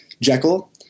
Jekyll